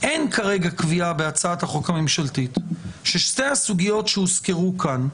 אין כרגע קביעה בהצעת החוק הממשלתית ששתי הסוגיות שהוזכרו כאן,